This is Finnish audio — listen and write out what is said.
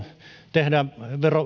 tehdä